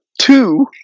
two